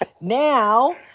now